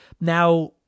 Now